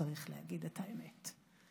צריך להגיד את האמת.